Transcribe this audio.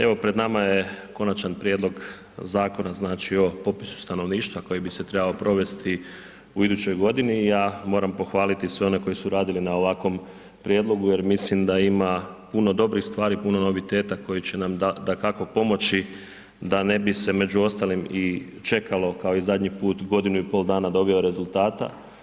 Evo, pred nama je Konačan prijedlog Zakona o o popisu stanovništva koji bi se trebao provesti u idućoj godini i ja moram pohvaliti sve one koji su radili na ovakvom prijedlogu jer mislim da ima puno dobrih stvari, puno noviteta koji će nam dakako pomoći da ne bi se među ostalim i čekalo kao i zadnji put godinu i pol dana do objave rezultata.